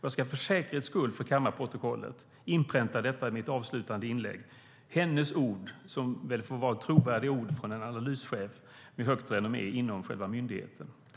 Jag vill för säkerhets skull få fört till kammarprotokollet och inpränta i mitt avslutande inlägg att det är hennes ord, som får anses vara trovärdiga ord från en analyschef med högt renommé inom myndigheten.